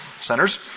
Centers